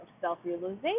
self-realization